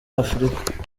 afurika